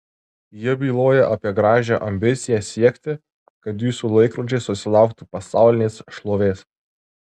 jie byloja apie gražią ambiciją siekti kad jūsų laikrodžiai susilauktų pasaulinės šlovės